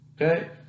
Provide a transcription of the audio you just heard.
okay